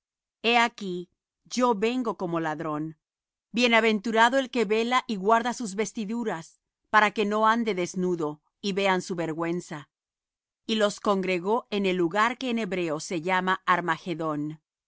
he aquí yo vengo como ladrón bienaventurado el que vela y guarda sus vestiduras para que no ande desnudo y vean su vergüenza y los congregó en el lugar que en hebreo se llama armagedón